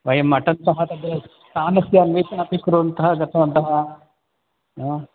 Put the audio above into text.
वयं मटन् सः तद् स्थानस्य अन्वेषणम् अपि कुर्वन्तः गतवन्तः हा